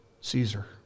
Caesar